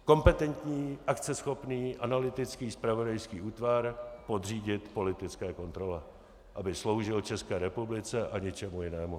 Kompetentní, akceschopný, analytický zpravodajský útvar podřídit politické kontrole, aby sloužil České republice a ničemu jinému.